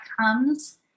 comes